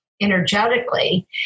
energetically